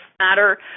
matter